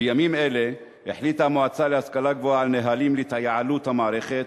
בימים אלה החליטה המועצה להשכלה גבוהה על נהלים להתייעלות המערכת,